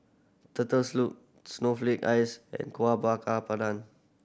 turtle snowflake ice and Kueh Bakar Pandan